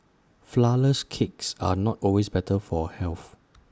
Flourless Cakes are not always better for health